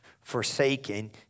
forsaken